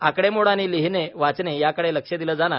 आकडेमोड आणि लिहिणे वाचणे याकडे लक्ष दिले जाणार